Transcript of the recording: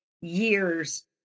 years